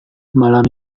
malam